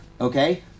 okay